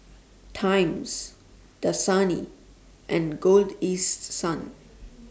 Times Dasani and Golden East Sun